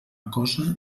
cosa